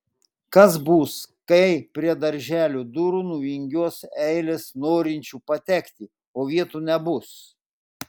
kas bus kai prie darželio durų nuvingiuos eilės norinčių patekti o vietų nebus